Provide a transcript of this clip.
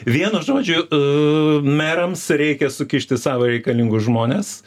vienu žodžiu merams reikia sukišti savo reikalingus žmones